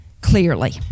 clearly